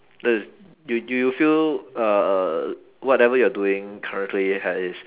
this is you do you feel uh uh whatever you're doing currently has